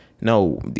No